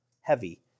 heavy